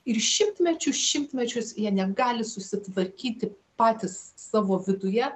ir šimtmečių šimtmečius jie negali susitvarkyti patys savo viduje